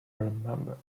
remember